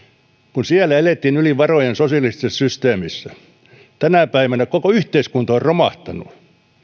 kun siellä elettiin yli varojen sosialistisessa systeemissä tänä päivänä koko yhteiskunta on romahtanut